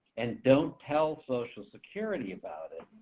and don't tell social security about it,